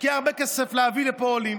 משקיעה הרבה כסף להביא לפה עולים.